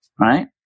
right